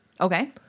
Okay